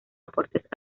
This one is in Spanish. aportes